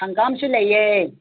ꯍꯪꯒꯥꯝꯁꯨ ꯂꯩꯌꯦ